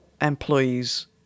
employees